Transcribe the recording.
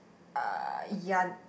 uh ya